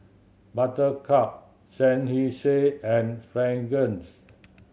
Buttercup Seinheiser and Fragrance